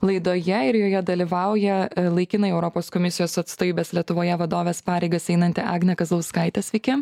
laidoje ir joje dalyvauja laikinai europos komisijos atstovybės lietuvoje vadovės pareigas einanti agnė kazlauskaitė sveiki